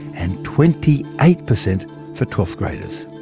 and twenty eight percent for twelfth-graders.